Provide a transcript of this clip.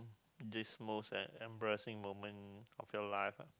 this most e~ embarrassing moment of your life ah